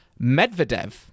Medvedev